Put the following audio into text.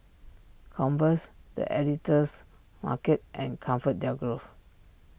Converse the Editor's Market and ComfortDelGro